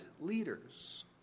leaders